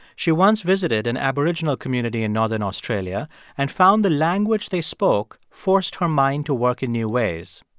she once visited an aboriginal community in northern australia and found the language they spoke forced her mind to work in new ways.